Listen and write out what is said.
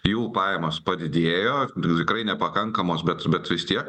jų pajamos padidėjo tikrai nepakankamos bet bet vis tiek